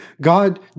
God